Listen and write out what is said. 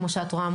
כמו שאת רואה,